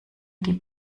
die